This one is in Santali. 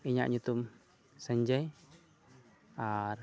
ᱤᱧᱟᱹᱜ ᱧᱩᱛᱩᱢ ᱥᱚᱧᱡᱚᱭ ᱟᱨ